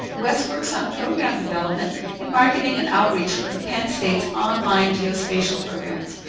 wes works on program development in marketing and outreach for the penn state's online geospatial programs.